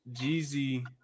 Jeezy